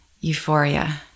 euphoria